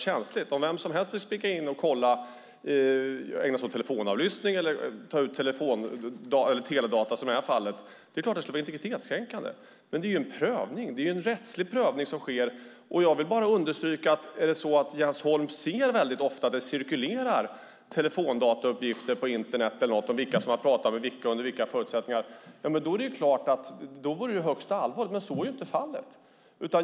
Om vem som helst kan kolla, ägna sig åt telefonavlyssning eller ta ut teledata, som i det här fallet, är det klart att det skulle vara integritetskränkande. Men det sker en rättslig prövning. Jag vill bara understryka att om det är så att Jens Holm väldigt ofta ser att det cirkulerar telefondatauppgifter på Internet om vilka som har talat med vilka och under vilka förutsättningar vore det högst allvarligt. Men så är inte fallet.